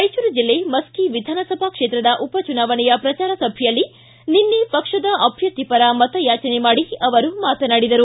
ರಾಯಚೂರು ಜಿಲ್ಲೆ ಮಶ್ಮಿ ವಿಧಾನಸಭಾ ಕ್ಷೇತ್ರದ ಉಪಚುನಾವಣೆಯ ಪ್ರಚಾರ ಸಭೆಯಲ್ಲಿ ನಿನ್ನೆ ಪಕ್ಷದ ಅಭ್ಯರ್ಥಿ ಪರ ಮತಯಾಚನೆ ಮಾಡಿ ಅವರು ಮಾತನಾಡಿದರು